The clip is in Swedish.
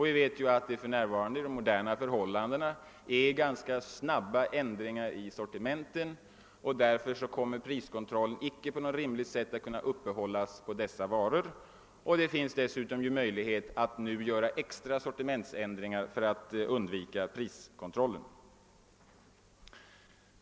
Vi vet att det nu för tiden sker snabba förändringar i sortimenten, och därför kommer priskontrollen inte att kunna upprätthållas på rimligt sätt när det gäller dessa varor. Dessutom finns det möjligheter att göra extra sortimentändringar för att undvika priskontrollen.